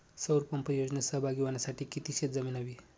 सौर पंप योजनेत सहभागी होण्यासाठी किती शेत जमीन हवी?